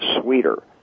sweeter